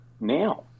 now